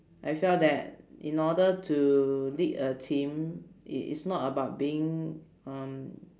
I feel that in order to lead a team it is not about being um